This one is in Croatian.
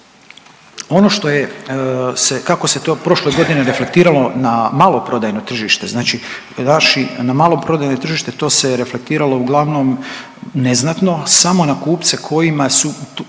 Ono što je, kako se to prošle godine reflektiralo na maloprodajno tržište, znači .../Govornik se ne razumije./... na maloprodajno tržište to se je reflektiralo uglavnom neznatno, a samo na kupce kojima su